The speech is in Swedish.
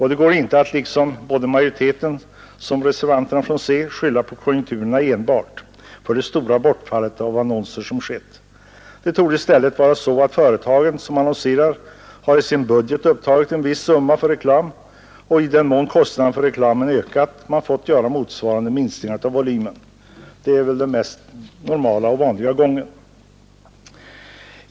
Det går inte att som både majoriteten och centerpartireservanterna gör skylla enbart på konjunkturerna för det stora bortfall av annonser som har skett. Det torde i stället vara så att de företag som annonserar i sin budget har upptagit en viss summa för reklam, och i den mån kostnaderna för reklamen ökat har man fått göra motsvarande minskningar av volymen. Det är väl den vanliga gången.